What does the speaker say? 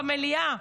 במליאה.